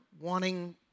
wanting